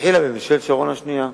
התחילה בממשלת שרון השנייה,